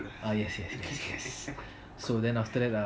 uh yes yes yes yes